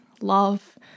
love